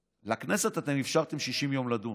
לכנסת אתם אפשרתם 60 ימים לדון.